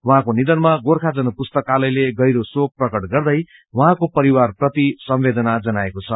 उहाँको निधनामा गोर्खा जन पुस्तकालयलो गहिरो शोक प्रकट गर्दे उहाँको परिवारप्रतिद संवेदना जनाएको छ